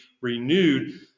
renewed